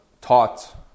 taught